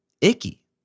icky